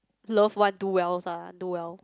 loved one do wells ah do well